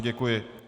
Děkuji.